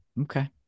Okay